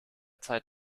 zeit